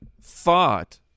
thought